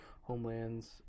homelands